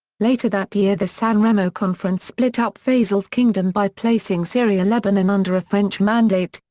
later that year the san remo conference split up faisal's kingdom by placing syria-lebanon under a french mandate,